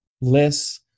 less